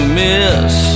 miss